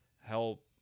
help